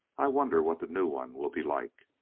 i wonder what the new one will be like.